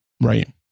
Right